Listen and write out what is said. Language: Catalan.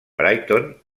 brighton